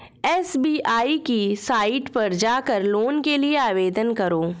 SBI की site पर जाकर लोन के लिए आवेदन करो